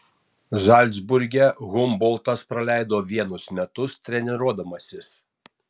zalcburge humboltas praleido vienus metus treniruodamasis